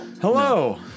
Hello